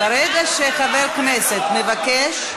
ברגע שחבר כנסת מבקש,